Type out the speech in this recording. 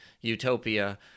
utopia—